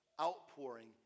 outpouring